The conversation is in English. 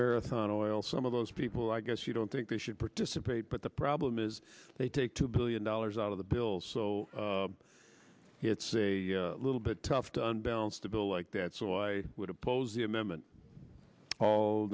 marathon oil some of those people i guess you don't think they should participate but the problem is they take two billion dollars out of the bill so it's a little bit tough to unbelted a bill like that so i would oppose the amendment